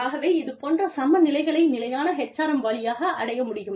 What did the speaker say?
ஆகவே இதுபோன்ற சமநிலைகளை நிலையான HRM வழியாக அடைய முடியும்